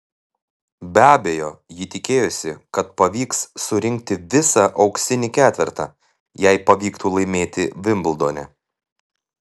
be abejo ji tikėjosi kad pavyks surinkti visą auksinį ketvertą jei pavyktų laimėti vimbldone